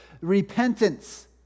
repentance